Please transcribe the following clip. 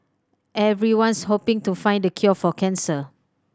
everyone's hoping to find the cure for cancer